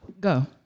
Go